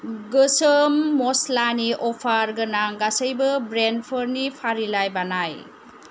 गोसोम मस्लानि अफार गोनां गासैबो ब्रेन्डफोरनि फारिलाइ बानाय